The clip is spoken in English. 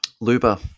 Luba